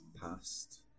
past